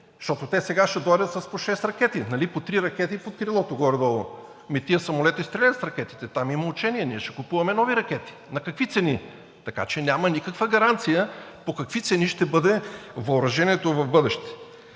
Защото те сега ще дойдат с по шест ракети, нали по три ракети под крилото горе-долу. Ами тези самолети стрелят с ракетите, там има учение, ние ще купуваме нови ракети. На какви цени? Така че няма никаква гаранция по какви цени ще бъде въоръжението в бъдеще.